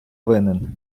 винен